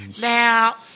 Now